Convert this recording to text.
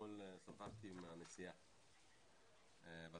אתמול שוחחתי עם הנשיאה בטלפון,